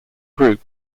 group